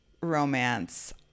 romance